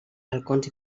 balcons